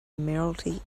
mayoralty